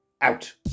out